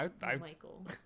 Michael